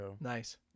Nice